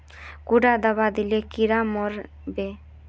कुंडा दाबा दिले कीड़ा मोर बे?